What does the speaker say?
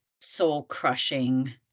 soul-crushing